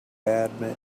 badminton